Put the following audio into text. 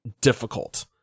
difficult